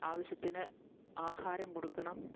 ആവശ്യത്തിന് ആഹാരം കൊടുക്കണം